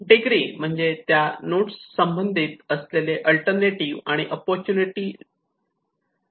degree म्हणजे त्या notes संबंधित असलेले अल्टरनेटिव्ह आणि अपॉर्च्युनिटी